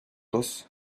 dos